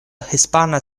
hispana